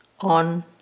on